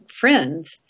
friends